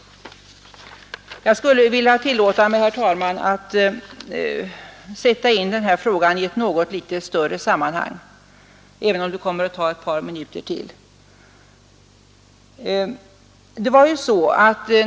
Jag skulle vilja tillåta mig, herr talman, att sätta in den här frågan i ett något litet större sammanhang, även om det kommer att ta ett par minuter till.